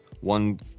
one